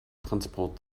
transport